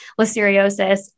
listeriosis